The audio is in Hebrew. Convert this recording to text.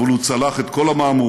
אבל הוא צלח את כל המהמורות,